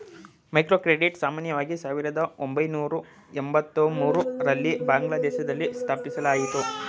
microcredit ಸಾಮಾನ್ಯವಾಗಿ ಸಾವಿರದ ಒಂಬೈನೂರ ಎಂಬತ್ತಮೂರು ರಲ್ಲಿ ಬಾಂಗ್ಲಾದೇಶದಲ್ಲಿ ಸ್ಥಾಪಿಸಲಾಯಿತು